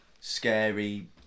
scary